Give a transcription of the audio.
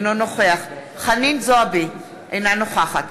אינו נוכח חנין זועבי, אינה נוכחת